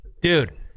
Dude